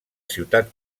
ciutat